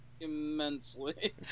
immensely